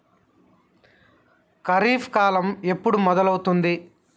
ఖరీఫ్ కాలం ఎప్పుడు మొదలవుతుంది?